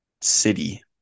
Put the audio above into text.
city